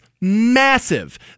massive